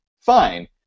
fine